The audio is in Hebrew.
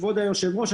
כבוד היושב-ראש,